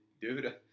Dude